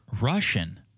Russian